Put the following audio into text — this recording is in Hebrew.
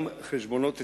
גם חשבונות אסטרטגיים.